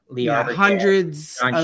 hundreds